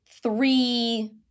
Three